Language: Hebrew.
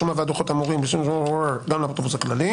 השומה והדוחות האמורים --- גם לאפוטרופוס הכללי".